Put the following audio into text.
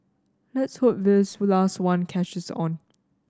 let's hope this with last one catches on